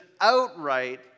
outright